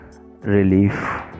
relief